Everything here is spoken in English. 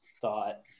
thought